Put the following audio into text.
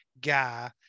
guy